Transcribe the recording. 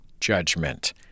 judgment